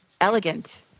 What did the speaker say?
Elegant